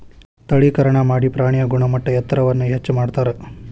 ತಳೇಕರಣಾ ಮಾಡಿ ಪ್ರಾಣಿಯ ಗುಣಮಟ್ಟ ಎತ್ತರವನ್ನ ಹೆಚ್ಚ ಮಾಡತಾರ